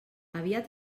aviat